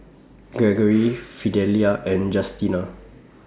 Gregory Fidelia and Justina